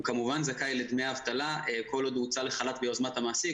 הוא כמובן זכאי לדמי אבטלה כל עוד הוא הוצא לחל"ת ביוזמת המעסיק,